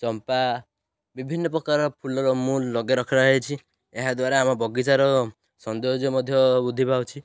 ଚମ୍ପା ବିଭିନ୍ନ ପ୍ରକାର ଫୁଲର ମୁଁ ଲଗାଇ ରଖାହୋଇଛି ଏହାଦ୍ୱାରା ଆମ ବଗିଚାର ସୌନ୍ଦର୍ଯ୍ୟ ମଧ୍ୟ ବୃଦ୍ଧି ପାଉଛି